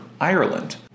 Ireland